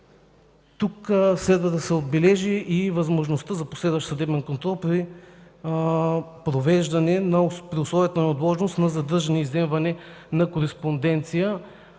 Тук следва да се отбележи възможността за последващ съдебен контрол при условията на отложеност за задържане и изземване на кореспонденция